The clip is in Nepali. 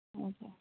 हजुर